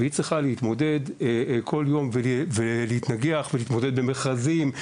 והיא צריכה להתמודד כל יום ולהתנגח ולהתמודד במכרזים,